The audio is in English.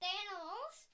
animals